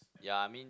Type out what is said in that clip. ya I mean